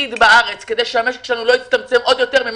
היחיד בארץ כדי שהמשק שלנו לא יצטמצם עוד יותר.